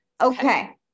Okay